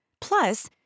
Plus